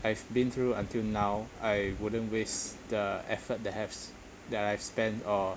I've been through until now I wouldn't waste the effort that have that I've spent or